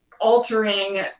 altering